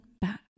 back